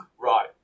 right